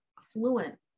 fluent